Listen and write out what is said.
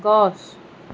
গছ